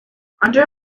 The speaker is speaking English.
under